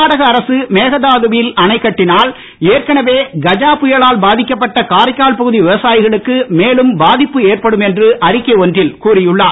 கர்நாடக அரசு மேகதாதுவில் அணை கட்டினால் ஏற்கனவே கஜா புயலால் பாதிக்கப்பட்ட காரைக்கால் பகுதி விவசாயிகளுக்கு மேலும் பாதிப்பு ஏற்படும் என்று அறிக்கை ஒன்றில் கூறியுள்ளார்